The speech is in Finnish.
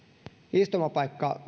istumapaikka